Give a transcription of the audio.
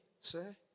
sir